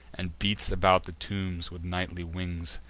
and beats about the tombs with nightly wings,